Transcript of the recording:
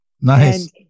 Nice